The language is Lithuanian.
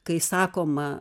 kai sakoma